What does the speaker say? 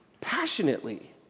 passionately